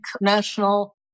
national